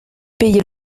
payez